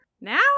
now